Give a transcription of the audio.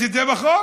יש את זה בחוק.